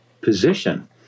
position